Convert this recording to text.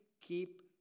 keep